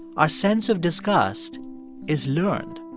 our sense of disgust is learned.